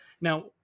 Now